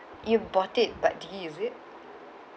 you bought it but did you use it